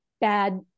bad